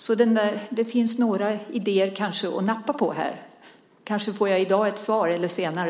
Det är några idéer att kanske nappa på här, och kanske får jag ett svar i dag eller senare.